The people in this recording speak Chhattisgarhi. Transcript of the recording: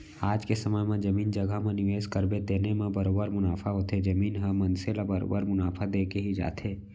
आज के समे म जमीन जघा म निवेस करबे तेने म बरोबर मुनाफा होथे, जमीन ह मनसे ल बरोबर मुनाफा देके ही जाथे